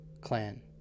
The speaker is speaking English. Clan